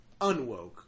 unwoke